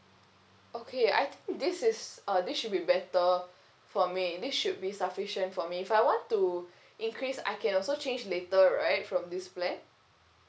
okay I think this is uh this should be better for me this should be sufficient for me if I want to increase I can also change later right from this plan